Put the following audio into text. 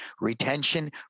Retention